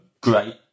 great